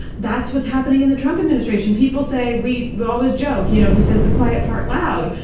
that's what's happening in the trump administration. people say, we we always joke, you know, he says the quiet part loud.